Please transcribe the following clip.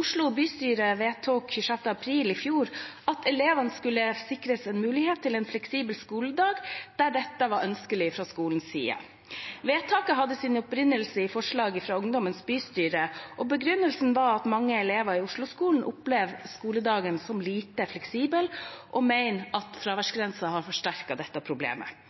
Oslo bystyre vedtok 26. april i fjor at elevene skulle sikres en mulighet til en fleksibel skoledag der dette var ønskelig fra skolens side. Vedtaket hadde sin opprinnelse i forslaget fra Ungdommens bystyre, og begrunnelsen var at mange elever i Oslo-skolen opplever skoledagen som lite fleksibel og mener at fraværsgrensen har forsterket dette problemet.